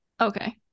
Okay